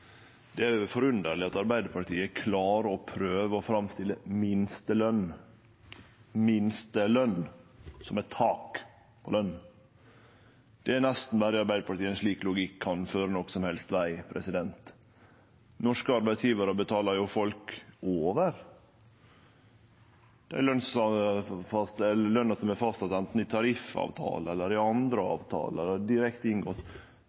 Det er forunderleg at Arbeidarpartiet klarar å prøve å framstille minsteløn – minsteløn – som eit tak på løn. Det er nesten berre i Arbeidarpartiet ein slik logikk kan føre nokon som helst veg. Norske arbeidsgjevarar betaler jo folk over løna som er fastsett anten i tariffavtale eller i andre avtaler direkte inngått, i ein heil drøss av tilfelle, sjølv om verken politikarar eller